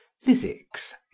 physics